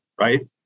right